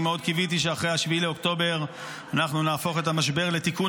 אני מאוד קיוויתי שאחרי 7 באוקטובר אנחנו נהפוך את המשבר לתיקון